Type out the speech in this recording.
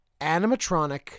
animatronic